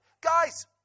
guys